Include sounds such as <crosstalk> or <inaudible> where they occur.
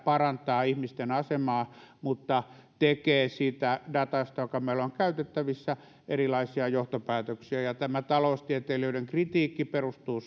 parantaa ihmisten asemaa mutta tekevät siitä datasta joka meillä on käytettävissä erilaisia johtopäätöksiä tämä taloustieteilijöiden kritiikki perustuu <unintelligible>